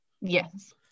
Yes